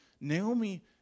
Naomi